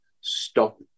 stop